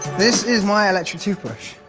this is my electric toothbrush.